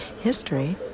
history